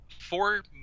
four